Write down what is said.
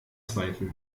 zweifel